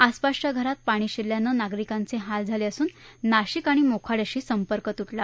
आसपासच्या घरात पाणी शिरल्यानं नागरिकांचे हाल झाले असून नाशिक आणि मोखाङ्याशी संपर्क तुटला